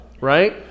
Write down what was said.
right